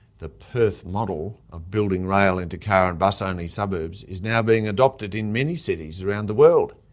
the perth model of building rail into car and bus-only suburbs is now being adopted in many cities around the world,